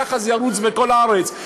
וכך זה ירוץ בכל הארץ.